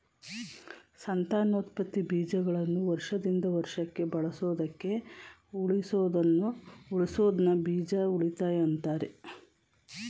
ಸಂತಾನೋತ್ಪತ್ತಿ ಬೀಜಗಳನ್ನು ವರ್ಷದಿಂದ ವರ್ಷಕ್ಕೆ ಬಳಸೋದಕ್ಕೆ ಉಳಿಸೋದನ್ನ ಬೀಜ ಉಳಿತಾಯ ಅಂತಾರೆ